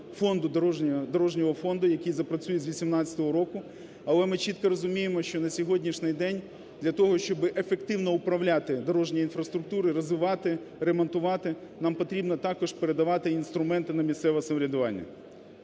Дорожнього фонду, який запрацює з 2018 року. Але ми чітко розуміємо, що на сьогоднішній день для того, щоб ефективно управляти дорожньою інфраструктурою, розвивати, ремонтувати, нам потрібно також передавати інструменти на місцеве самоврядування.